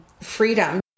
freedom